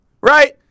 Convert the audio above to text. Right